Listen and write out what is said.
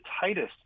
tightest